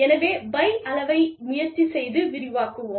எனவே பை அளவை முயற்சி செய்து விரிவாக்குவோம்